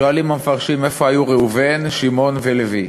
שואלים המפרשים איפה היו ראובן, שמעון ולוי.